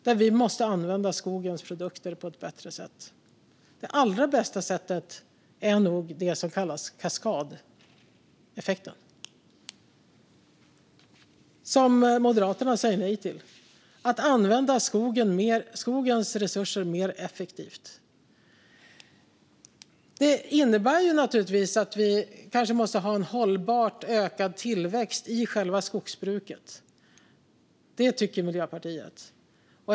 Där måste vi använda skogens produkter på ett bättre sätt. Det allra bästa sättet är nog det som kallas kaskadeffekten, som Moderaterna säger nej till. Det handlar om att använda skogens resurser mer effektivt. Det innebär naturligtvis att vi kanske måste ha en hållbart ökad tillväxt i själva skogsbruket. Det tycker Miljöpartiet.